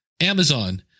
Amazon